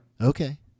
Okay